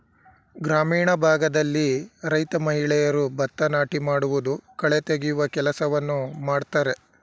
ಗ್ರಾಮೀಣ ಭಾಗದಲ್ಲಿ ರೈತ ಮಹಿಳೆಯರು ಭತ್ತ ನಾಟಿ ಮಾಡುವುದು, ಕಳೆ ತೆಗೆಯುವ ಕೆಲಸವನ್ನು ಮಾಡ್ತರೆ